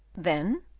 then,